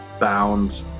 bound